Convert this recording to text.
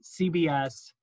CBS